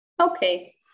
Okay